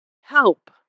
Help